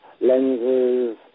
lenses